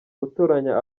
gutoranya